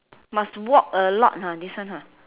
must walk a lot ah this one ah